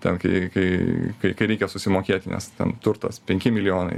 ten kai kai kai kai reikia susimokėti nes ten turtas penki milijonai